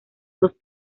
dos